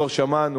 כבר שמענו.